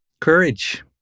courage